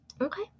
Okay